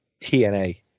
TNA